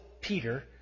Peter